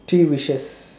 three wishes